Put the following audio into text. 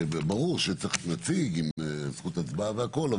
ברור שצריך נציג עם זכות הצבעה והכול,